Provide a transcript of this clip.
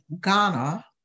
Ghana